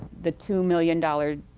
the two million dollars